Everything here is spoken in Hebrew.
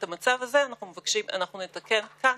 ומבקשים מהם להמשיך לשלם,